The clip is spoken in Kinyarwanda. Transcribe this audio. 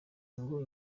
ngo